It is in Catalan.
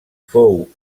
fou